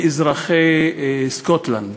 לאזרחי סקוטלנד.